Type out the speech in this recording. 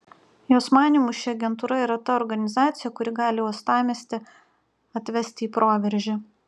jos manymu ši agentūra yra ta organizacija kuri gali uostamiestį atvesti į proveržį